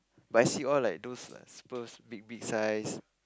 but I see all like those like super big big size